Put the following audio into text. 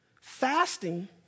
Fasting